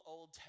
Old